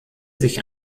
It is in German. sich